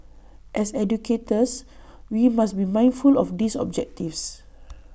as educators we must be mindful of these objectives